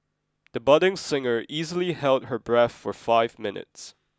the budding singer easily held her breath for five minutes